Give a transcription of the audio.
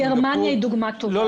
--- גרמניה היא דוגמה טובה --- לא,